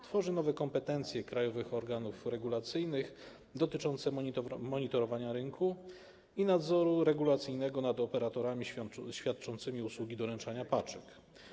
Tworzy nowe kompetencje krajowych organów regulacyjnych dotyczące monitorowania rynku i nadzoru regulacyjnego nad operatorami świadczącymi usługi doręczania paczek.